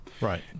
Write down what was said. Right